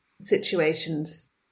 situations